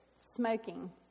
smoking